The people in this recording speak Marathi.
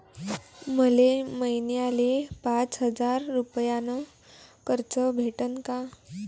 मले महिन्याले पाच हजार रुपयानं कर्ज भेटन का?